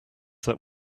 that